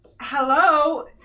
hello